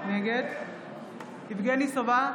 נגד יבגני סובה,